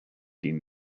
ging